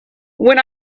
when